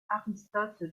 aristote